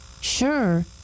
Sure